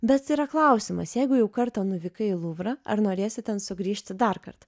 bet yra klausimas jeigu jau kartą nuvykai į luvrą ar norėsi ten sugrįžti darkart